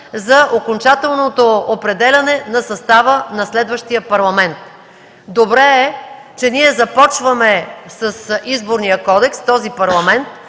за окончателното определяне на състава на следващия Парламент. Добре е, че започваме с Изборния кодекс в този Парламент.